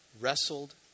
wrestled